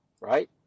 right